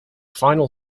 final